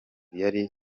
yari